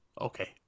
Okay